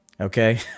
Okay